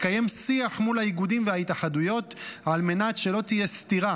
יתקיים שיח מול האיגודים וההתאחדויות על מנת שלא תהיה סתירה